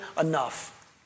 enough